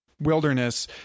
wilderness